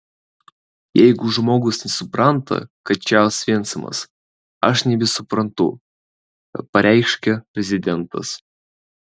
jeigu žmogus nesupranta kad čia osvencimas aš nebesuprantu pareiškė prezidentas